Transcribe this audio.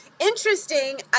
Interesting